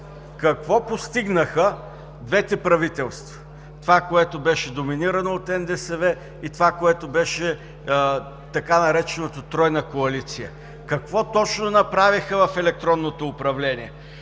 какво постигнаха двете правителства – това, което беше доминирано от НДСВ, и това, което беше така наречената Тройна коалиция? Какво точно направиха в електронното управление?